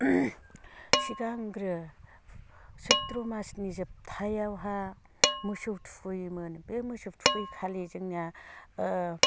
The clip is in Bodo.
सिगांग्रो सैत्र' मासनि जोबथायावहा मोसौ थुखैयोमोन बे मोसौ थुखैखालि जोंनिया